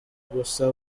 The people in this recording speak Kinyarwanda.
gusa